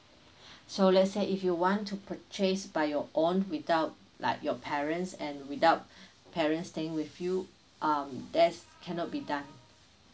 so let's say if you want to purchase by your own without like your parents and without parents staying with you um that's cannot be done